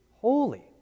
holy